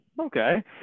Okay